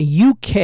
UK